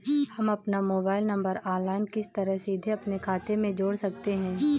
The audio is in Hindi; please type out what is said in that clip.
हम अपना मोबाइल नंबर ऑनलाइन किस तरह सीधे अपने खाते में जोड़ सकते हैं?